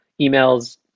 Emails